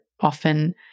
often